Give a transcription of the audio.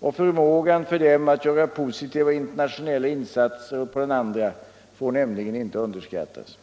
och deras förmåga att göra positiva internationella insatser å den andra får nämligen inte underskattas.